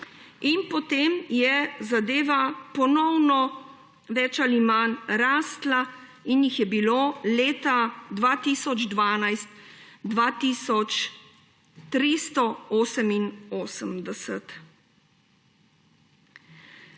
In potem je zadeva ponovno več ali manj rastla in jih je bilo leta 2012 2